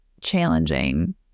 challenging